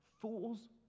fools